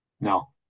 no